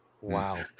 Wow